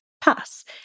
pass